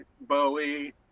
Bowie